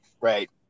Right